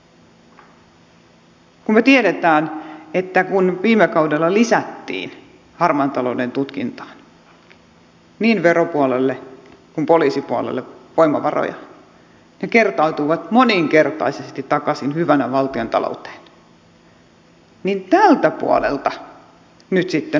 kun me tiedämme että kun viime kaudella lisättiin voimavaroja harmaan talouden tutkintaan niin veropuolelle kuin poliisipuolelle ne kertautuivat moninkertaisesti takaisin hyvänä valtiontalouteen niin tältä puolelta nyt sitten on päätetty säästää